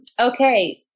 okay